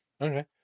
okay